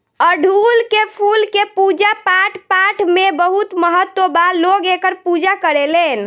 अढ़ऊल के फूल के पूजा पाठपाठ में बहुत महत्व बा लोग एकर पूजा करेलेन